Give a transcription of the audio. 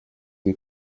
die